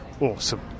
awesome